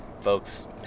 folks